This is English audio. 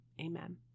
Amen